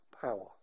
power